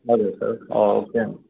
ಹೌದ sir okay